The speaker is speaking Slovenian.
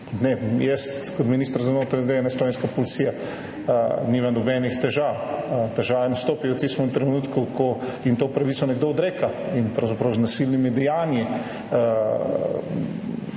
ne jaz kot minister za notranje zadeve ne slovenska policija nima nobenih težav. Težave nastopijo v tistem trenutku, ko jim to pravico nekdo odreka in pravzaprav z nasilnimi dejanji